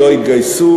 לא יתגייסו.